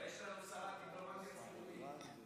אבל יש לנו שרת דיפלומטיה ציבורית.